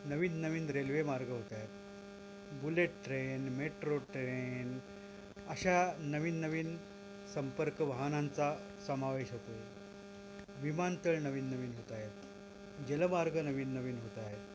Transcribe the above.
नवीन नवीन रेल्वेमार्ग होत आहेत बुलेट ट्रेन मेट्रो ट्रेन अशा नवीन नवीन संपर्क वाहनांचा समावेश होतो आहे विमानतळ नवीन नवीन होत आहेत जलमार्ग नवीन नवीन होत आहेत